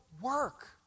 work